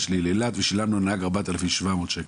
לקבורה באילת ושילמנו לנהג 4,700 שקלים.